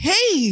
Hey